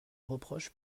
reproche